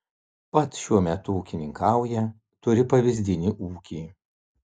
pats šiuo metu ūkininkauja turi pavyzdinį ūkį